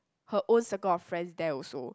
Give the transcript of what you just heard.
her own circle of friends there also